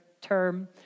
term